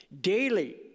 daily